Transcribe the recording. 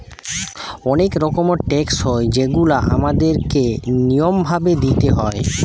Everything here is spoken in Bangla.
অনেক রকমের ট্যাক্স হয় যেগুলা আমাদের কে নিয়ম ভাবে দিইতে হয়